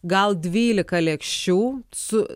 gal dvylika lėkščių su